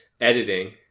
Editing